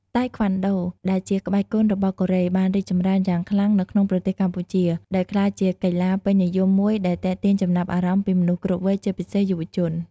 តៃក្វាន់ដូ ដែលជាក្បាច់គុនរបស់កូរ៉េ បានរីកចម្រើនយ៉ាងខ្លាំងនៅក្នុងប្រទេសកម្ពុជា ដោយក្លាយជាកីឡាពេញនិយមមួយដែលទាក់ទាញចំណាប់អារម្មណ៍ពីមនុស្សគ្រប់វ័យ ជាពិសេសយុវជន។